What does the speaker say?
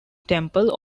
temple